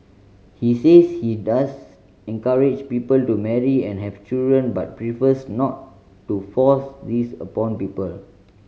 he says he does encourage people to marry and have children but prefers not to force this upon people